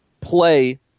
play